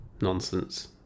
nonsense